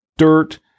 dirt